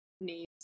names